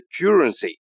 currency